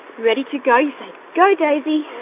ready to go. say go daisy.